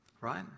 right